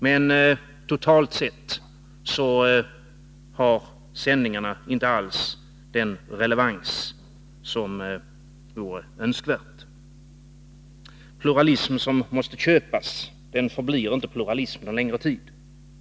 Men totalt sett har sändningarna inte alls den relevans som vore önskvärd. Pluralism som måste köpas förblir inte pluralism någon längre tid.